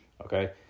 okay